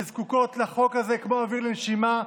שזקוקות לחוק הזה כמו אוויר לנשימה,